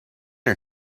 are